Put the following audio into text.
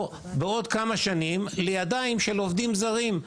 בעוד כמה שנים לידיים של עובדים זרים,